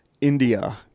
India